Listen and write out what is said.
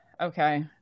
Okay